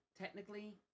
technically